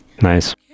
Nice